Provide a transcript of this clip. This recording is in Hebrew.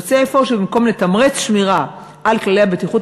יוצא אפוא שבמקום לתמרץ שמירה על כללי הבטיחות